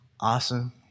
awesome